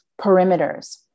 perimeters